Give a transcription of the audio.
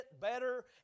better